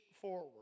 forward